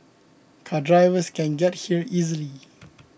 car drivers can get here easily